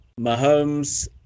Mahomes